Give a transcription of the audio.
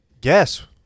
Guess